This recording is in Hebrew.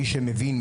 מי שמבין,